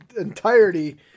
entirety